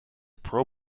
pro